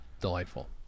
Delightful